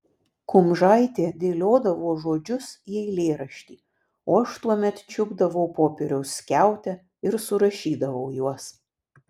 kumžaitė dėliodavo žodžius į eilėraštį o aš tuomet čiupdavau popieriaus skiautę ir surašydavau juos